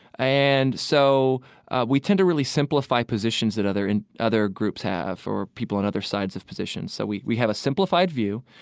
and so we tend to really simplify positions that other and other groups have or people on other sides of positions. so we we have a simplified view.